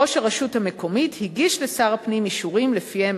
ראש הרשות המקומית הגיש לשר הפנים אישורים שלפיהם